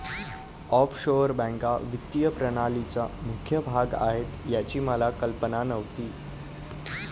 offshore बँका वित्तीय प्रणालीचा मुख्य भाग आहेत याची मला कल्पना नव्हती